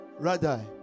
Radai